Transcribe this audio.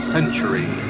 Century